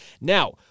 Now